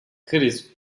kriz